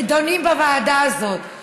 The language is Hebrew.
נדונים בוועדה הזאת.